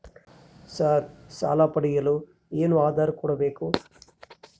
Sir ಸಾಲ ಪಡೆಯಲು ಏನು ಆಧಾರ ಕೋಡಬೇಕು?